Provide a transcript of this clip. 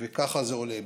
וככה זה הולך.